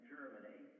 Germany